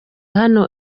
hano